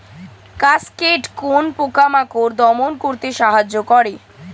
Cascade কোন পোকা মাকড় দমন করতে সাহায্য করে?